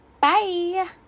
bye